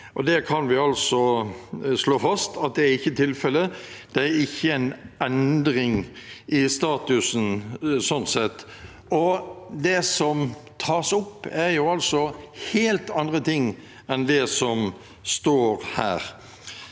Vi kan slå fast at det ikke er tilfellet. Det er ikke en endring i statusen slik sett. Det som tas opp, er altså helt andre ting enn det som står her.